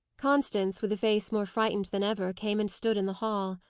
constance, with a face more frightened than ever, came and stood in the hall.